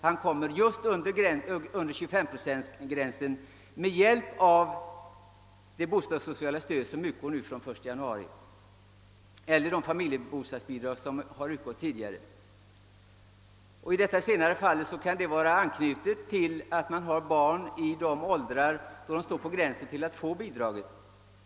Han kan då hamna under 25-procentsgränsen på grund av det bostadssociala stöd som utgår sedan den 1 januari eller det familjebostadsbidrag som tidigare funnits. I det senare fallet kan stödet vara knutet till det förhållandet att man har barn, vilka står på gränsen till att få bidrag.